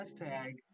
Hashtag